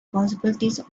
possibilities